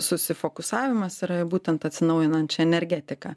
susifokusavimas yra į būtent atsinaujinančią energetiką